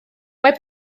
mae